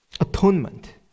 atonement